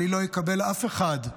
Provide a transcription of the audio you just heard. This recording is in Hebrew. אני לא אקבל אף אחד,